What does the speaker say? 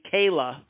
Kayla